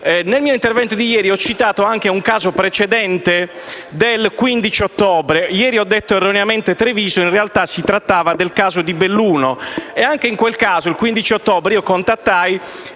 Nel mio intervento di ieri ho citato anche un caso precedente, del 15 ottobre (ieri ho parlato erroneamente di Treviso, ma in realtà si trattava del caso di Belluno). Anche in quel caso, il 15 ottobre contattai